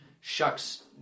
shucks